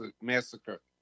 Massacre